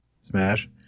Smash